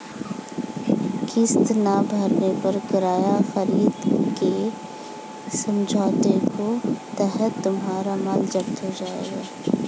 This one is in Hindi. किस्तें ना भरने पर किराया खरीद के समझौते के तहत तुम्हारा माल जप्त हो जाएगा